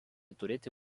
turėti